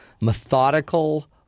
methodical